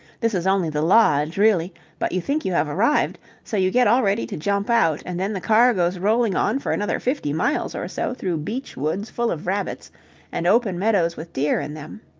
this is only the lodge, really, but you think you have arrived so you get all ready to jump out, and then the car goes rolling on for another fifty miles or so through beech woods full of rabbits and open meadows with deer in them.